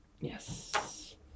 Yes